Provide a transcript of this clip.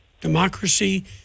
democracy